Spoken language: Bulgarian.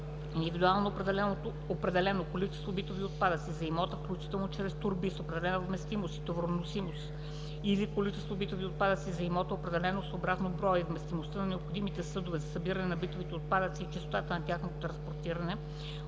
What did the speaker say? „индивидуално определено количество битови отпадъци за имота, включително чрез торби с определена вместимост и товароносимост“ или „количество битови отпадъци за имота, определено съобразно броя и вместимостта на необходимите съдове за събиране на битовите отпадъци и честотата за тяхното транспортиране“